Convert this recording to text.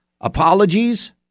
Apologies